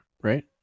right